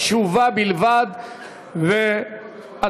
תשובה בלבד והצבעה.